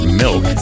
milk